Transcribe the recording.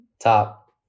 Top